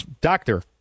doctor